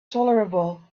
tolerable